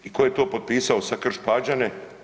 I tko je to potpisao sad Krš – Pađane?